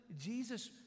Jesus